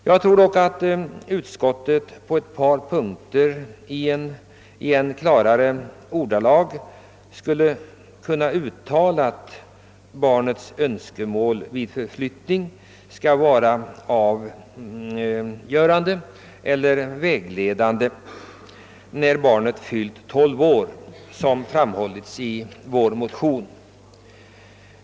Jag tror dock att utskottsmajoriteten på ett par punkter klarare skulle kunnat uttala behovet av att barnets önskemål vid förflyttning skall vara avgörande eller vägledande när det gäller barn som fyllt tolv år, vilket framhållits i vår motion.